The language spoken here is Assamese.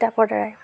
দ্বাৰাই